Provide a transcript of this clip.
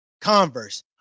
Converse